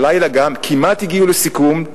הלילה גם כמעט הגיעו לסיכום.